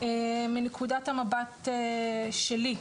מנקודת המבט שלי.